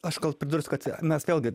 aš gal pridursiu kad mes vėlgi